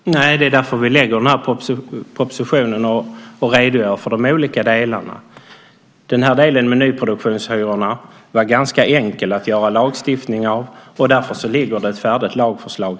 Fru talman! Nej, och det är därför som vi lägger fram den här propositionen och redogör för de olika delarna. Delen med nyproduktionshyrorna var det ganska enkelt att göra lagstiftning av. Därför föreligger i dag ett färdigt lagförslag.